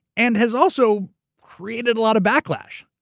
and has also created a lot of backlash.